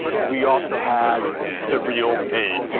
we also had the real maze, yeah